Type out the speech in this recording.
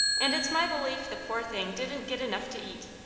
and it's my belief the poor thing didn't get enough to eat.